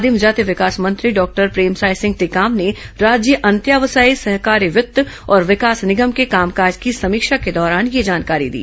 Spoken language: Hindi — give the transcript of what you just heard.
आदिम जाति विकास मंत्री डॉक्टर प्रेमसाय सिंह ं टेकाम ने राज्य अंत्यावसायी सहकारी वित्त और विकास निगम के कामकाज की समीक्षा के दौरान यह जानकारी दी